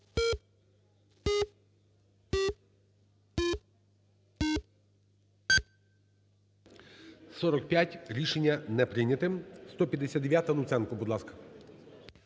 45. Рішення не прийняте. 159-а, Луценко, будь ласка.